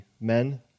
men